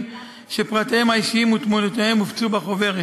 שפרטיהם האישיים ותמונותיהם הופצו בחוברת